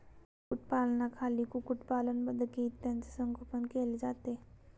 कुक्कुटपालनाखाली कुक्कुटपालन, बदके इत्यादींचे संगोपन केले जाते